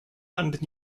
and